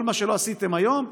כל מה שלא עשיתם היום,